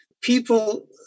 people